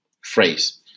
phrase